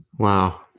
wow